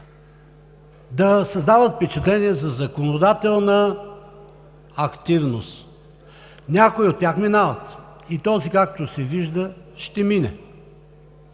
да създават впечатление за законодателна активност. Някои от тях минават – и този, както се вижда, ще мине,